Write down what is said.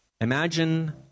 Imagine